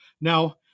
Now